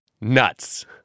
Nuts